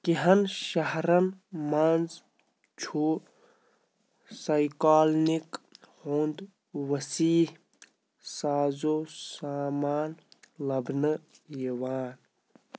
کینٛہَن شَہرَن منٛز چھُ سائیکلنگ ہُنٛد ؤسیٖع سازو سامان لَبنہٕ یِوان